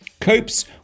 copes